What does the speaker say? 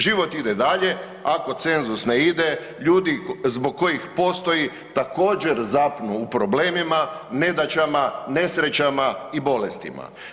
Život ide dalje, ako cenzus ne ide, ljudi zbog kojih postoji također zapnu u problemima, nedaćama, nesrećama i bolestima.